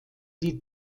die